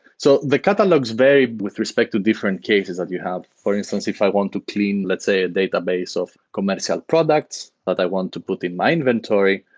so the catalogs vary with respect to different cases that you have. for instance, if i want to clean, let's say a database of commercial products that but i want to put in my inventory,